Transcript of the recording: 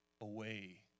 away